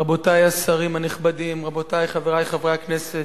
רבותי השרים הנכבדים, רבותי חברי חברי הכנסת,